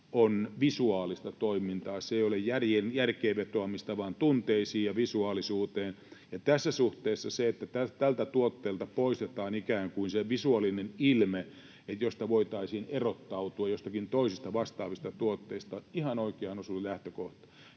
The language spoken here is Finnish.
on visuaalista toimintaa. Se ei ole järkeen vetoamista, vaan tunteisiin ja visuaalisuuteen. Ja tässä suhteessa se, että tältä tuotteelta poistetaan ikään kuin se visuaalinen ilme, jossa voitaisiin erottautua joistakin toisista vastaavista tuotteista, on ihan oikeaan osunut lähtökohta.